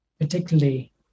particularly